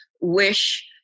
wish